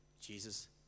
Jesus